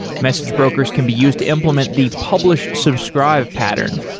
message brokers can be used to implement the publish subscribe pattern,